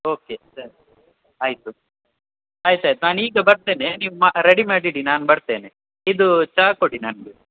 okay sir ಆಯಿತು ಆಯ್ತು ಆಯ್ತು ನಾನು ಈಗ ಬರ್ತೇನೆ ನೀವು ಮಾ ರೆಡಿ ಮಾಡಿ ಇಡಿ ನಾನು ಬರ್ತೇನೆ ಇದೂ ಚಾ ಕೊಡಿ ನನಗೆ